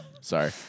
Sorry